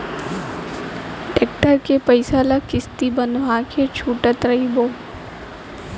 tractor के पइसा ल किस्ती बंधवा के छूटत रइबो